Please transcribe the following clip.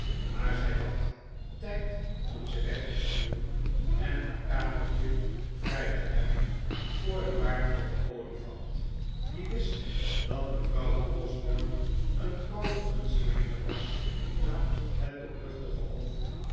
maar zij had tijd om ze weg te sturen en haar kamertje vrij te hebben voor de waard van de olifant die wist dat mcvrouw osborne een groote gunstelinge was aan het doorluchtige hof